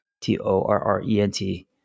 T-O-R-R-E-N-T